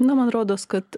na man rodos kad